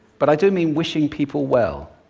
but i do mean wishing people well,